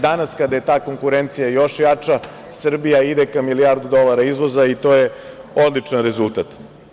Danas kada je ta konkurencija još jača, Srbija ide ka milijardu dolara izvoza i to je odličan rezultat.